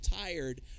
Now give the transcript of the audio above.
tired